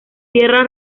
tierra